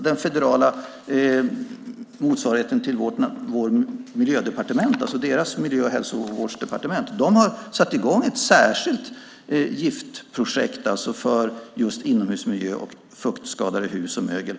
Den federala motsvarigheten till vårt miljödepartement, alltså deras miljö och hälsovårdsdepartement, har satt i gång med ett särskilt giftprojekt just avseende inomhusmiljö, fuktskadade hus och mögel.